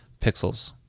pixels